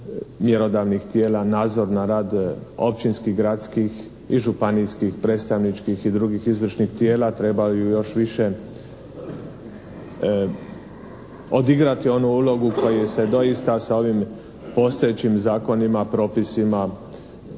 mjerodavnih tijela, nadzor nad rad općinskih, gradskih i županijskih, predstavničkih i drugih izvršnih tijela trebaju još više odigrati onu ulogu koji im se doista sa ovim postojećim zakonima, propisima